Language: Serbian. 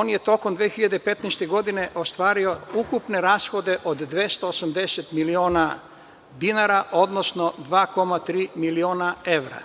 on je tokom 2015. godine ostvario ukupne rashode od 280 miliona dinara, odnosno 2,3 miliona evra.